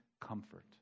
comfort